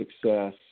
success